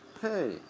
hey